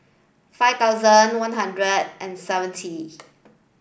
five thousand one hundred and seventy